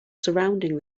surrounding